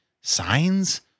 signs